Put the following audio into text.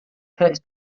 curtis